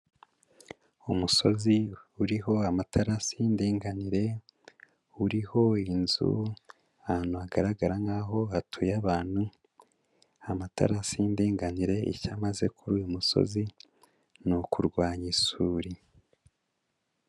Umusozi uriho amatarasi y'indinganire, uriho inzu ahantu hagaragara nk'aho hatuye abantu, amatarasi y'indeganire icyo amaze kuri uyu musozi ni ukurwanya isuri.